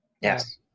Yes